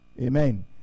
Amen